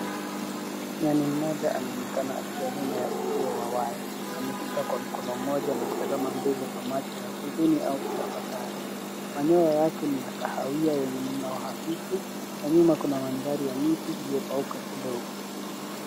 Nyani mmoja anaonekana akiwa nyuma ya uzio wa waya. Ameshika kwa mkono mmoja na kutazama mbele kwa macho ya huzuni au kutafakari. Manyoya yake ni ya kahawia yenye mg'ao hafifu. Kwa nyuma kuna mandhari ya miti iliyokauka kidogo.